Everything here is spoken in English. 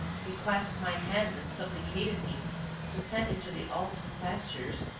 he clasped my hand and supplicated me to send him to the alps and pastures,